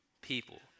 people